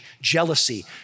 jealousy